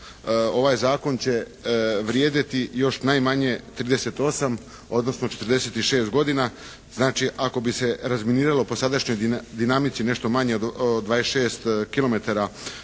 ovaj zakon će vrijediti još najmanje 38 odnosno 46 godina. Znači, ako bi se razminiralo po sadašnjoj dinamici nešto manje od 26